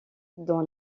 dans